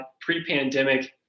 pre-pandemic